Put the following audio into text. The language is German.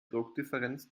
druckdifferenz